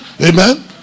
Amen